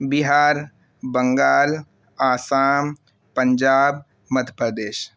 Bihar Bengal Assam Punjab Madhya Pradesh